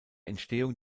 entstehung